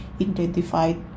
identified